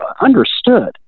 understood